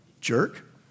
Jerk